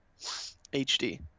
HD